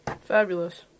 Fabulous